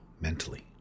mentally